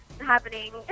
happening